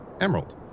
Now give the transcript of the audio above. Emerald